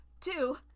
two